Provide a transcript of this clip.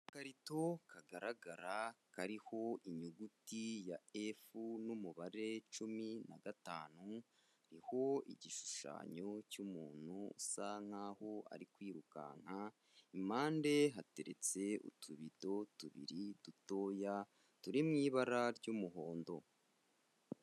Agakarito kagaragara kariho inyuguti ya f n'umubare cumi na gatanu, kariho igishushanyo cy'umuntu usa nk'aho ari kwirukanka, impande hateretse utubido tubiri dutoya turi mu ibara ry'umuhondo.